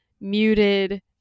muted